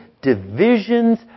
divisions